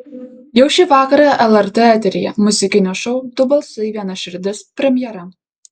jau šį vakarą lrt eteryje muzikinio šou du balsai viena širdis premjera